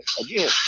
again